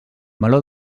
meló